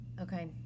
Okay